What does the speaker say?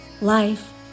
life